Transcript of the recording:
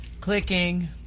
Clicking